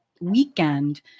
weekend